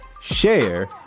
share